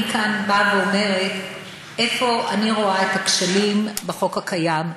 אני באה לכאן ואומרת איפה אני רואה את הכשלים בחוק הקיים,